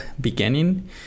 beginning